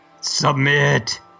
Submit